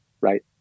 right